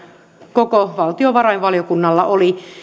koko valtiovarainvaliokunnalla oli